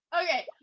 okay